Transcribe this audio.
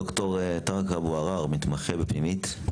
ד"ר טארק אבו עראר, מתמחה בפנימית.